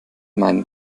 meinen